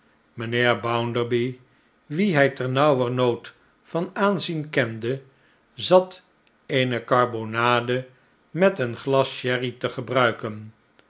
mijnheer bounderby wien hij ternauwernood van aanzien kende zat eene karbonade met een glas sherry te gebruiken